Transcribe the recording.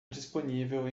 disponível